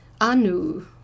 Anu